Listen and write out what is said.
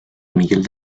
miguel